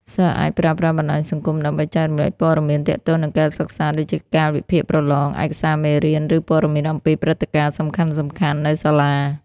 សិស្សអាចប្រើប្រាស់បណ្ដាញសង្គមដើម្បី ចែករំលែកព័ត៌មាន ទាក់ទងនឹងការសិក្សា ដូចជាកាលវិភាគប្រឡង ឯកសារមេរៀន ឬព័ត៌មានអំពីព្រឹត្តិការណ៍សំខាន់ៗនៅសាលា។